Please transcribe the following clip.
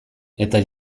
eta